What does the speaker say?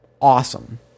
Awesome